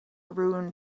ruin